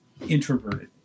introverted